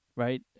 right